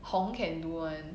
hong can do [one]